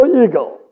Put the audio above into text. eagle